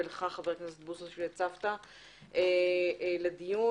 ולחבר הכנסת בוסו שהציף את הנושא החשוב לדיון.